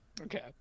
okay